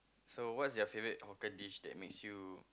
so what's your favourite hawker dish that makes you